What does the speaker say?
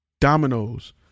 Dominoes